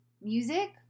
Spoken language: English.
music